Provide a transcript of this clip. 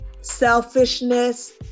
selfishness